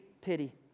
pity